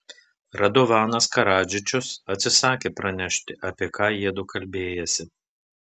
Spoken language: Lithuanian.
radovanas karadžičius atsisakė pranešti apie ką jiedu kalbėjęsi